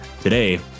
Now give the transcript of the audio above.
Today